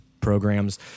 programs